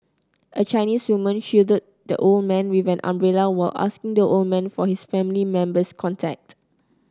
a Chinese woman shielded the old man with an umbrella while asking the old man for his family member's contact